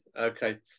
Okay